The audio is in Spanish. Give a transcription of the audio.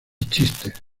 chistes